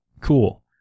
cool